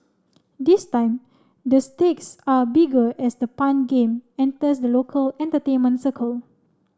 this time the stakes are bigger as the pun game enters the local entertainment circle